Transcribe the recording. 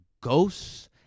ghosts